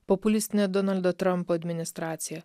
populistinė donaldo trampo administracija